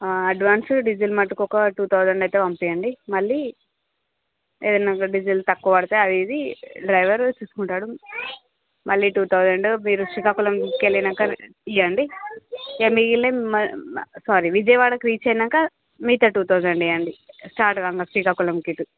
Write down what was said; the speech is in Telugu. అడ్వాన్సు డీసిల్ మటుకు ఒక టూ థౌసండ్ అయితే వంపియ్యండి మళ్లీ ఏదైనా ఒక డీసిల్ తక్కువ వడితే అదిదీ డ్రైవరు చూసుకుంటారు మళ్ళీ టూ థౌసండ్ మీరు శ్రీకాకుళం వెళ్ళినంక ఇయ్యండి ఇగ మిగిలినయి మ సారీ విజయవాడకి రీచ్ అయినంకా మిగితా టూ థౌసండ్ ఇయ్యండి స్టార్ట్ కాగ శ్రీకాకుళంకి ఇటు